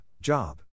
Job